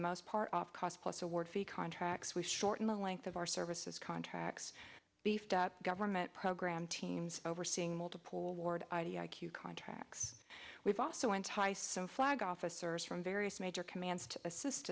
the most part off cost plus award fee contracts we shorten the length of our services contracts beefed up government program teams overseeing multiple ward id i q contracts we've also enticed so flag officers from various major commands to